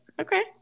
Okay